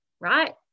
right